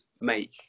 make